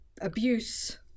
abuse